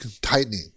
tightening